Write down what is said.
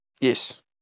Yes